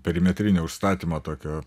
perimetrinio užstatymo tokio